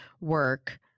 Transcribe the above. work